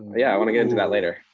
yeah, i want to get into that later.